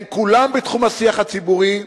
הם כולם בתחום השיח הציבורי.